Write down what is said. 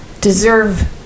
deserve